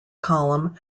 column